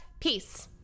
Peace